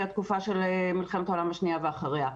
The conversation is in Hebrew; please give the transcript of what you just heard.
התקופה של מלחמת העולם השנייה ואחריה.